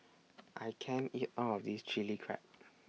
I can't eat All of This Chilli Crab